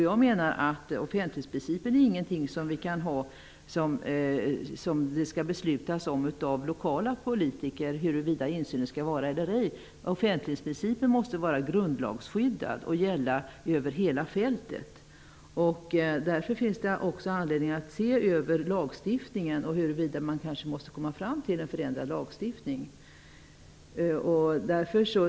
Jag menar att det inte är lokala politiker som skall besluta i frågan om det skall vara insyn eller ej. Offentlighetsprincipen måste vara grundlagsskyddad och gälla över hela fältet. Det finns också anledning att undersöka huruvida man kanske måste komma fram till en förändrad lagstiftning.